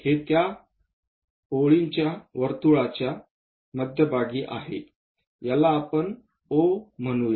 तर हे त्या ओळीच्या वर्तुळाच्या मध्यभागी आहे याला आपण O म्हणू